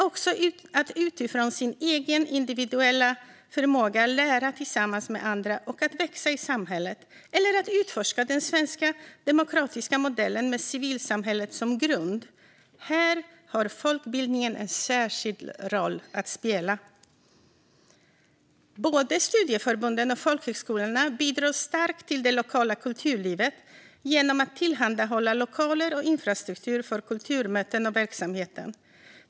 Utifrån sin egen individuella förmåga får man lära tillsammans med andra, växa i samhället eller utforska den svenska demokratiska modellen med civilsamhället som grund. Här har folkbildningen en särskild roll att spela. Både studieförbunden och folkhögskolorna bidrar starkt till det lokala kulturlivet genom att tillhandahålla lokaler och infrastruktur för kulturmöten och verksamheter.